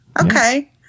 Okay